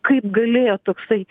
kaip galėjo toksai